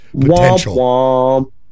potential